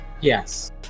yes